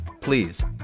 please